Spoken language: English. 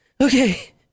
Okay